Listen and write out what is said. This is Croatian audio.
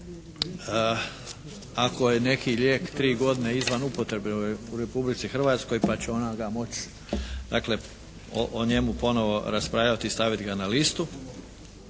ako je neki lijek tri godine izvan upotrebe u Republici Hrvatskoj pa će ona ga moći dakle o njemu ponovo raspravljati i staviti ga na listu.